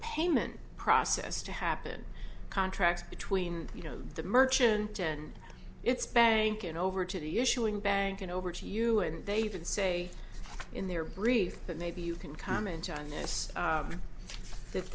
payment process to happen contracts between you know the merchant and its bank and over to the issuing bank and over to you and they even say in their brief that maybe you can comment on this